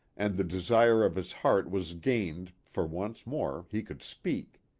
and the desire of his heart was gained, for once more he could speak.